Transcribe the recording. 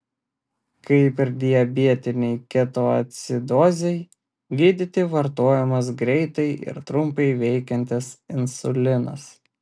kaip ir diabetinei ketoacidozei gydyti vartojamas greitai ir trumpai veikiantis insulinas